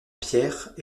pierres